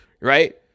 Right